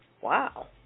wow